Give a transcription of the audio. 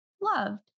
loved